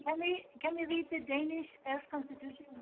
i mean can we read the danish earth constitution?